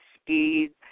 speed